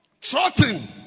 trotting